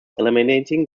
eliminating